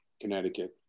Connecticut